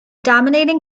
dominating